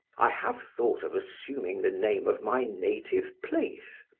i have thought of assuming the name of my native place,